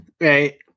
right